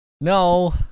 no